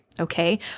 Okay